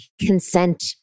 consent